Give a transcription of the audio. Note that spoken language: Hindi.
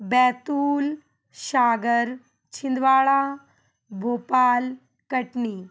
बैतुल सागर छिंदवाड़ा भोपाल कटनी